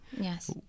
Yes